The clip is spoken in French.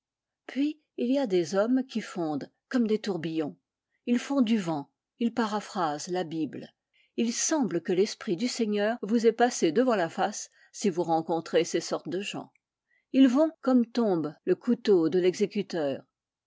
puis il y a des hommes qui fondent comme des tourbillons ils font du vent ils paraphrasent la bible il semble que l'esprit du seigneur vous ait passé devant la face si vous rencontrez ces sortes de gens ils vont comme tombe le couteau de l'exécuteur